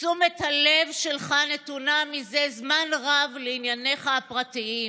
תשומת הלב שלך נתונה מזה זמן רב לענייניך הפרטיים.